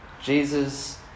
Jesus